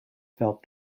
felt